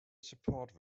support